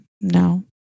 No